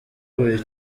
buri